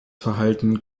verhalten